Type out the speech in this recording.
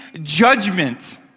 judgment